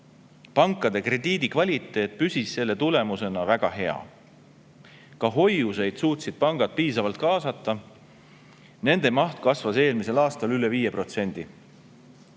Pankade krediidikvaliteet püsis selle tulemusena väga hea. Ka hoiuseid suutsid pangad piisavalt kaasata. Nende maht kasvas eelmisel aastal üle 5%.